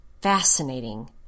Fascinating